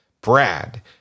Brad